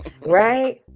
Right